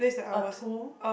a tomb